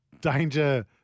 Danger